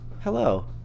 Hello